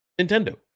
nintendo